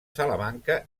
salamanca